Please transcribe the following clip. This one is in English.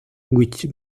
which